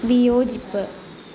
വിയോജിപ്പ്